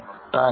thank you